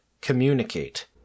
communicate